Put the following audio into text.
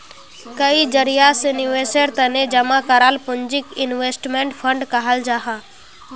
कई जरिया से निवेशेर तने जमा कराल पूंजीक इन्वेस्टमेंट फण्ड कहाल जाहां